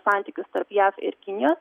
santykius tarp jav ir kinijos